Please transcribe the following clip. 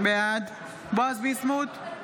בעד בועז ביסמוט,